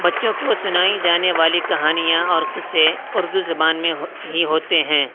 بچوں کو سنائی جانے والی کہانیاں اور قصے اردو زبان میں ہی ہوتے ہیں